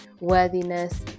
worthiness